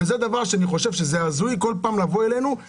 אני חושב שזה הזוי כל פעם לבוא אלינו: בואו,